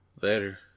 Later